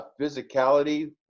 physicality